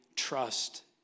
trust